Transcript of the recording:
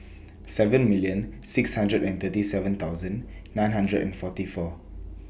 seven million six hundred and thirty seven thousand nine hundred and forty four